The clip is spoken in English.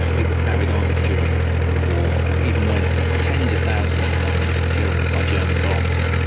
ah people carried on during the war, even when tens of thousands of londoners were killed by german bombs.